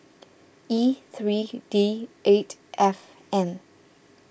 E three D eight F N